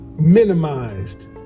minimized